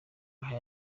aha